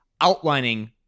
outlining